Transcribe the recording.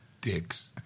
Dicks